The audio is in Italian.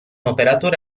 operatore